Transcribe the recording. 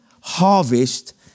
harvest